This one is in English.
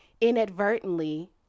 inadvertently